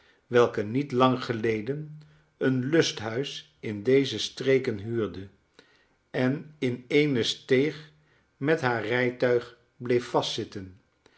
welke niet lang geleden een lusthuis in deze streken huurde en in eene steeg met haar rijtuig bleef vastzitten